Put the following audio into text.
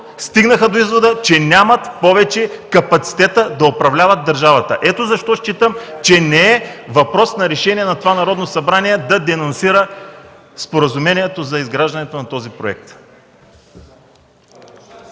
стигнаха до извода, че нямат повече капацитета да управляват държавата. Ето защо считам, че не е въпрос на решение на това Народно събрание да денонсира споразумението за изграждането на този проект.